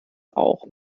auch